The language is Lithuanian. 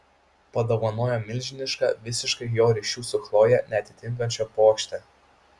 padovanojo milžinišką visiškai jo ryšių su chloje neatitinkančią puokštę